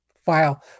file